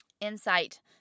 insight